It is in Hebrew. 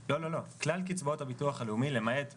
לא, כלל קצבאות הביטוח הלאומי, למעט פוליו,